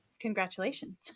Congratulations